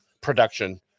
production